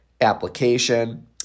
application